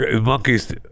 monkeys